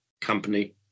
company